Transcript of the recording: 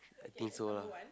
I think so lah